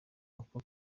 uko